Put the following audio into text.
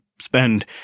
spend